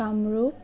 Kamrup